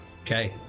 okay